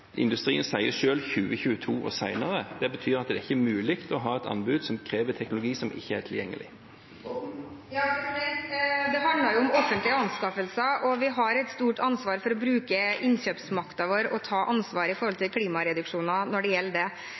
Industrien sier selv 2022 eller senere. Det betyr at det ikke er mulig å ha et anbud som krever teknologi som ikke er tilgjengelig. Det handler jo om offentlige anskaffelser, og vi har et stort ansvar for å bruke innkjøpsmakten vår og ta ansvar for klimareduksjoner når det gjelder det. Vi har utrolig mye eksisterende teknologi allerede, og de ambisjonene som ligger i det